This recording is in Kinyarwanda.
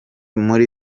muri